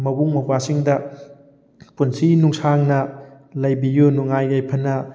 ꯃꯕꯨꯡ ꯃꯧꯄꯥꯁꯤꯡꯗ ꯄꯨꯟꯁꯤ ꯅꯨꯡꯁꯥꯡꯅ ꯂꯩꯕꯤꯌꯨ ꯅꯨꯡꯉꯥꯏ ꯌꯥꯏꯐꯅ